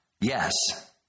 yes